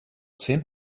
zehn